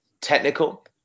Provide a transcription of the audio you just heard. technical